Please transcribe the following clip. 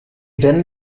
then